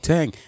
Tang